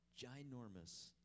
ginormous